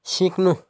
सिक्नु